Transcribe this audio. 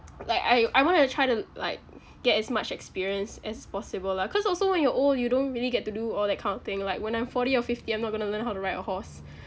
like I I want to try to like get as much experience as possible lah cause also when you're old you don't really get to do all that kind of thing like when I'm forty or fifty I'm not going to learn how to ride a horse